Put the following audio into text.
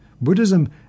Buddhism